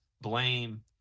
blame